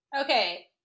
Okay